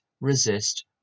resist